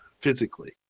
physically